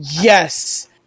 Yes